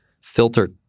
filter